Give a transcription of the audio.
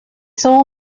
soul